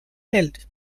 hält